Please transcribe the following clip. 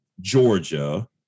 Georgia